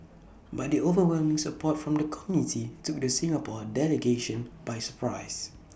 but the overwhelming support from the committee took the Singapore delegation by surprise